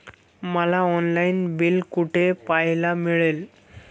मला online bill कुठे पाहायला मिळेल?